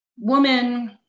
woman